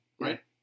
right